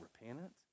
repentance